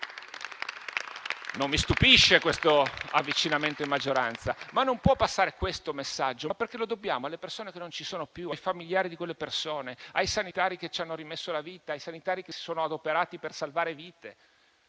non mi stupisce questo avvicinamento alla maggioranza. Comunque non può passare questo messaggio, perché lo dobbiamo alle persone che non ci sono più, ai loro familiari, ai sanitari che ci hanno rimesso la vita, che si sono adoperati per salvare vite,